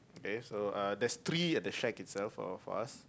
okay so uh there's three at the shack itself in front of us